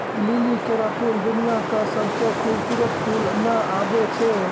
लिली केरो फूल दुनिया क सबसें खूबसूरत फूल म आबै छै